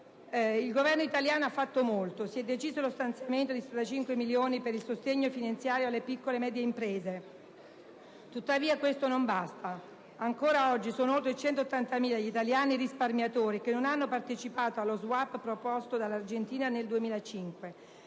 Il Governo italiano ha fatto molto: si è deciso lo stanziamento di 75 milioni per il sostegno finanziario alle piccole e medie imprese. Tuttavia, questo non basta: ancora oggi sono oltre 180.000 gli italiani risparmiatori che non hanno partecipato allo *swap* proposto dall'Argentina nel 2005,